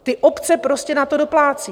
Ty obce prostě na to doplácí.